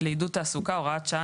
לעידוד תעסוקה (הוראת שעה,